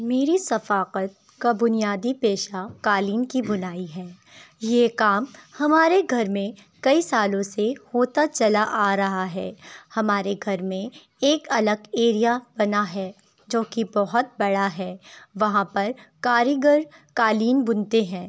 میری ثقافت کا بنیادی پیشہ قالین کی بنائی ہے یہ کام ہمارے گھر میں کئی سالوں سے ہوتا چلا آ رہا ہے ہمارے گھر میں ایک الگ ایریا بنا ہے جو کہ بہت بڑا ہے وہاں پر کاریگر قالین بنتے ہیں